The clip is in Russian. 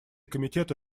комитеты